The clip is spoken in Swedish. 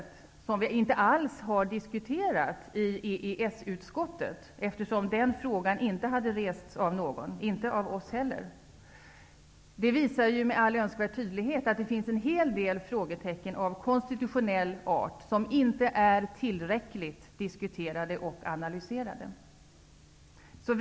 Det är något som inte alls har diskuterats i EES-utskottet, eftersom den frågan inte har rests av någon -- inte heller av EES-utskottet. Det här visar med all önskvärd tydlighet att det finns en hel del frågetecken av konstitutionell art som inte har diskuterats och analyserats tillräckligt.